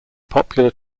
popular